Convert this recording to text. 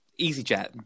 EasyJet